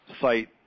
site